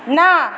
না